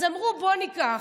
אז אמרו: בוא ניקח.